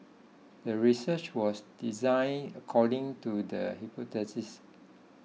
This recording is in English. the research was designed according to the hypothesis